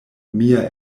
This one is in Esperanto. mia